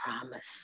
promise